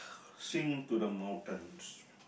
sing to the mountains